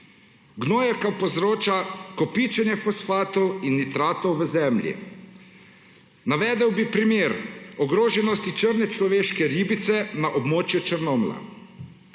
Gnojevka povzroča kopičenje fosfatov in nitratov v zemlji. Navedel bi primer ogroženosti črne človeške ribice na območju Črnomlja.